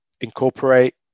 incorporate